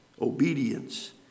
obedience